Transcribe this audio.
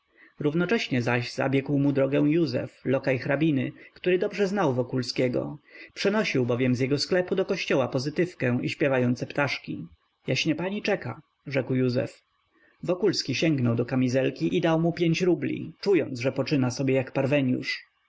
jednocześnie zaś zabiegł mu drogę józef lokaj hrabiny który dobrze znał wokulskiego przenosił bowiem z jego sklepu do kościoła pozytywkę i śpiewające ptaszki jaśnie pani czeka rzekł józef wokulski sięgnął do kamizelki i dał mu pięć rubli czując że poczyna sobie jak parweniusz